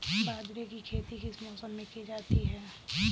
बाजरे की खेती किस मौसम में की जाती है?